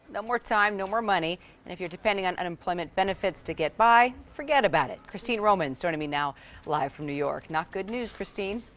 no more time, no more money. and if you're depending on unemployment benefits to get by, by, forget about it. christine romans joining me now live from new york. not good news, christine.